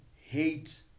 hate